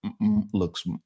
looks